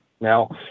now